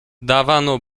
dawano